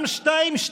גם על שתיים-שתיים,